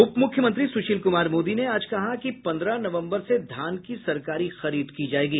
उप मुख्यमंत्री सुशील कुमार मोदी ने आज कहा कि पंद्रह नवम्बर से धान की सरकारी खरीद की जायेगी